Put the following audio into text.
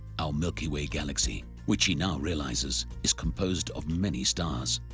our milky way galaxy, which he now realizes is composed of many stars.